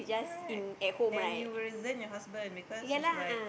correct and you will resent your husband because it's like